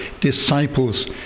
disciples